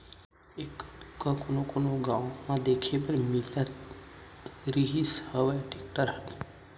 एक्का दूक्का कोनो कोनो गाँव म देखे बर मिलत रिहिस हवय टेक्टर ह